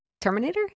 Terminator